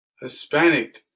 Hispanic